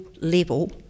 level